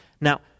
Now